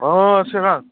अह सोरां